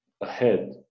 ahead